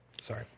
sorry